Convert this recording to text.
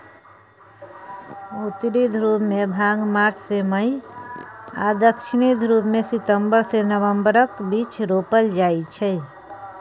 उत्तरी ध्रुबमे भांग मार्च सँ मई आ दक्षिणी ध्रुबमे सितंबर सँ नबंबरक बीच रोपल जाइ छै